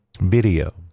video